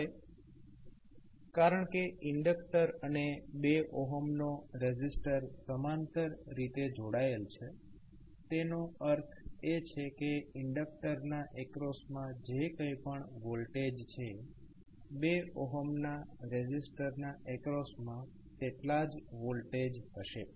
હવે કારણકે ઇન્ડક્ટર અને 2 નો રેઝિસ્ટર સમાંતર રીતે જોડાયેલ છે તેનો અર્થ એ કે ઇન્ડક્ટરના એક્રોસમા જે કંઇ પણ વોલ્ટેજ છે 2 ના રેઝિસ્ટરના એક્રોસમા તેટલા જ વોલ્ટેજ હશે